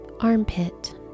Armpit